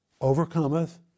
overcometh